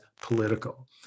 political